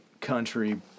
country